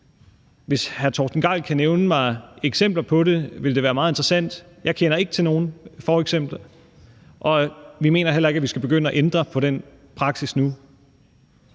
Hvis hr. Torsten Gejl kan nævne mig eksempler på det, ville det være meget interessant – jeg kender ikke til nogen fortilfælde. Og vi mener heller ikke, at vi skal begynde at ændre på den praksis nu.